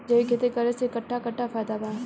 जैविक खेती करे से कट्ठा कट्ठा फायदा बा?